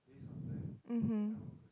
mmhmm